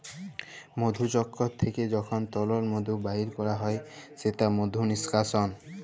মধুচক্কর থ্যাইকে যখল তরল মধু বাইর ক্যরা হ্যয় সেট মধু লিস্কাশল